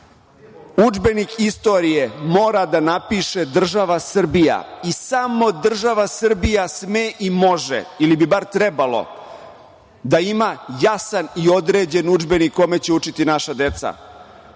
Udžbenik istorije mora da napiše država Srbija i samo država Srbija sme i može ili bi bar trebalo da ima jasan i određen udžbenik po kome će učiti naša deca.